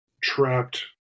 trapped